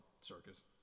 circus